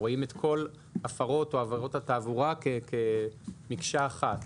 רואים את כל הפרות או עבירות התעבורה כמקשה אחת.